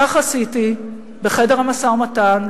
כך עשיתי בחדר המשא-ומתן.